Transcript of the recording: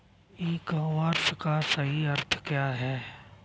ई commerce का सही अर्थ क्या है?